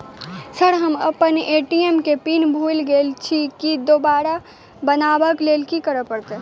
Sir हम अप्पन ATM केँ पिन भूल गेल छी दोबारा बनाबै लेल की करऽ परतै?